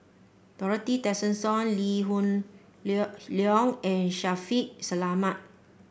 Dorothy Tessensohn Lee Hoon Leong and Shaffiq Selamat